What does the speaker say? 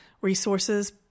Resources